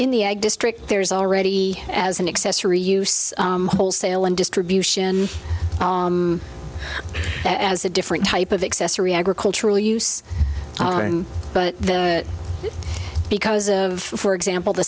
in the district there's already as an accessory use wholesale and distribution as a different type of accessory agricultural use but because of for example the